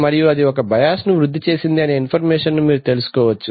మరియు అది ఒక బయాస్ ను వృద్ది చేసింది అనే ఇన్ఫర్మేషన్ మీరు తెలుసుకోవచ్చు